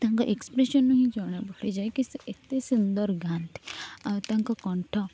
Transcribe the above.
ତାଙ୍କ ଏକ୍ସପ୍ରେସନରୁ ହିଁ ଜଣା ପଡ଼ିଯାଏ କି ସେ ଏତେ ସୁନ୍ଦର ଗାଆନ୍ତି ଆଉ ତାଙ୍କ କଣ୍ଠ